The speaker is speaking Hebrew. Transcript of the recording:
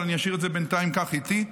אבל אני אשאיר את זה בינתיים כך איתי.